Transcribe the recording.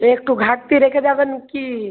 একটু ঘাটতি রেখে যাবেন কি